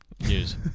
News